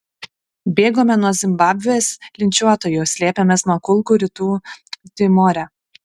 bėgome nuo zimbabvės linčiuotojų slėpėmės nuo kulkų rytų timore